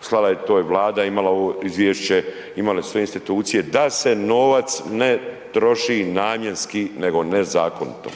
slala je to je Vlada imala izvješće, imale sve institucije, da se novac ne troši namjenski nego nezakonito.